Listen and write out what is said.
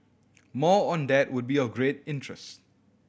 more on that would be of great interest